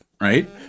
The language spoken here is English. Right